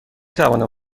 توانم